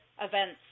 events